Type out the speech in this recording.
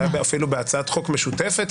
אולי אפילו בהצעת חוק משותפת,